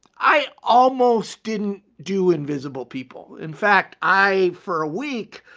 i almost didn't do invisible people. in fact, i for a week,